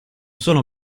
sono